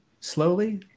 slowly